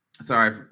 Sorry